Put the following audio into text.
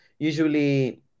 usually